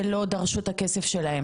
אולי הגיע זמן להסדיר את זה?